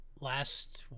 Last